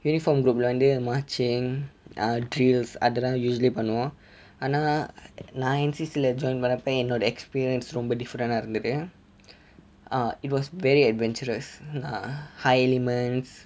uniform group லே வந்து:le vanthu marching err drills அதெல்லாம்:athellam usually பண்ணுவோம் ஆனா நான்:pannuvom aana naan N_C_C join பண்ணப்போ என்னோட:pannappo ennoda experience ரொம்ப:romba different ah இருந்தது:irunthathu err it was very adventurous high elements